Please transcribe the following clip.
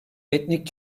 etnik